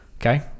okay